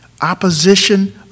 opposition